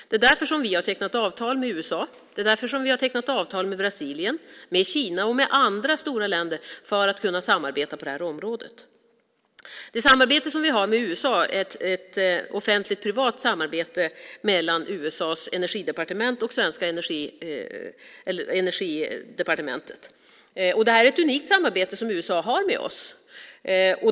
Det är därför som vi har tecknat avtal med USA, och det är därför som vi har tecknat avtal med Brasilien, med Kina och med andra stora länder - alltså just för att kunna samarbeta på det här området. Det samarbete som vi har med USA är ett offentlig-privat samarbete mellan USA:s energidepartement och det svenska energidepartementet. Det är ett unikt samarbete som USA här har med oss.